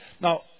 now